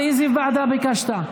לאיזו ועדה ביקשת?